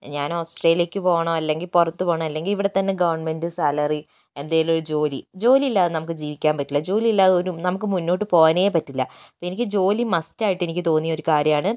ഞാൻ ഓസ്ട്രേലിയയിലേക്ക് പോകണം അല്ലെങ്കിൽ പുറത്തുപോകണം അല്ലെങ്കിൽ ഇവിടെത്തന്നെ ഗവൺമെൻറ് സാലറി എന്തെങ്കിലും ഒരു ജോലി ജോലി ഇല്ലാതെ നമുക്ക് ജീവിക്കാൻ പറ്റില്ല ജോലി ഇല്ലാതെ ഒരു നമുക്ക് മുന്നോട്ട് പോകാനേ പറ്റില്ല എനിക്ക് ജോലി മസ്റ്റായിട്ട് എനിക്ക് തോന്നിയൊരു കാര്യമാണ്